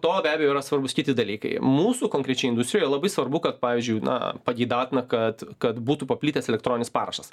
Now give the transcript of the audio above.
to be abejo yra svarbūs kiti dalykai mūsų konkrečiai industrijoj labai svarbu kad pavyzdžiui na pageidautina kad kad būtų paplitęs elektroninis parašas